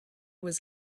was